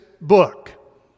book